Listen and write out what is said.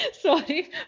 sorry